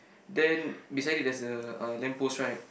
then beside it there's a uh lamppost right